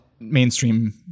mainstream